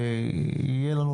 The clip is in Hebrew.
אין ספק.